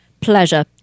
Pleasure